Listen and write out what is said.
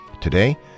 Today